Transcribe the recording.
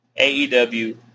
AEW